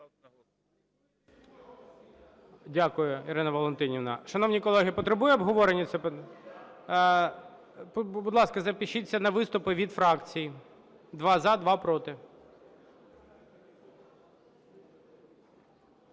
Дякую, Ірина Валентинівна. Шановні колеги, потребує обговорення це? Будь ласка, запишіться на виступи від фракцій: два – за, два – проти.